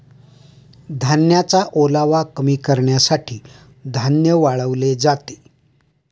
धान्याचा ओलावा कमी करण्यासाठी धान्य वाळवले जाते